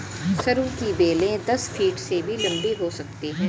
सरू की बेलें दस फीट से भी लंबी हो सकती हैं